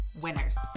winners